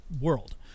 world